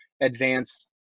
advance